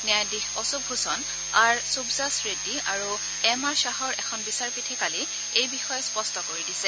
ন্যায়াধীশ অশোক ভূষণ আৰ ছুবছাছ ৰেড্ডী আৰু এম আৰ খাহৰ এখন বিচাৰপীঠে আজি এই বিষয়ে স্পষ্ট কৰি দিছে